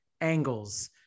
angles